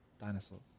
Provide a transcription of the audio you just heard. dinosaurs